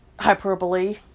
Hyperbole